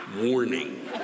warning